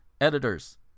editors